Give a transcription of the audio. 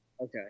Okay